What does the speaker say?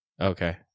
Okay